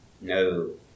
no